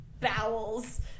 bowels